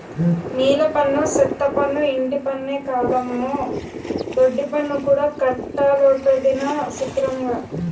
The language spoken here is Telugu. నీలపన్ను, సెత్తపన్ను, ఇంటిపన్నే కాదమ్మో దొడ్డిపన్ను కూడా కట్టాలటొదినా సిత్రంగా